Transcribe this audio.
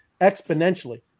exponentially